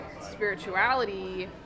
spirituality